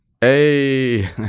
hey